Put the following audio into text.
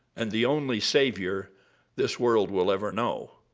and the only savior this world will ever know.